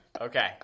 Okay